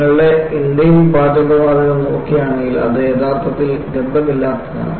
നിങ്ങളുടെ ഇൻഡെയ്ൻ പാചക വാതകം നോക്കുകയാണെങ്കിൽ അത് യഥാർത്ഥത്തിൽ ഗന്ധമില്ലാത്തതാണ്